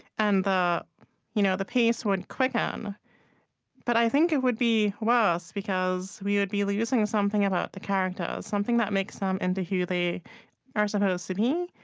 and the you know the pace would quicken but i think it would be worse, because we would be losing something about the characters, something that makes them into who they are supposed to be.